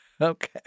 Okay